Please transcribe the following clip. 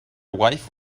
wife